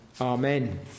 Amen